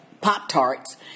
Pop-Tarts